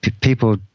people